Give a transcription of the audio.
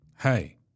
hey